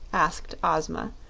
asked ozma,